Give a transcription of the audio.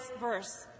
verse